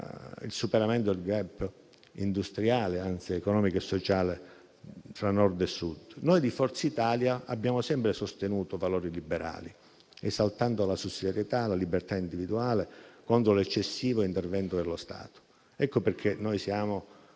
il superamento del *gap* industriale, anzi economico-sociale fra Nord e Sud. Noi di Forza Italia abbiamo sempre sostenuto valori liberali, esaltando la sussidiarietà e la libertà individuale contro l'eccessivo intervento dello Stato. Ecco perché siamo